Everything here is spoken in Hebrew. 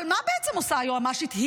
אבל מה בעצם עושה היועמ"שית?